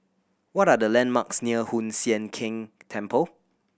what are the landmarks near Hoon Sian Keng Temple